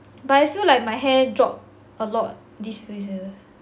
but I feel like my hair drop a lot these few days eh